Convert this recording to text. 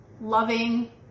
loving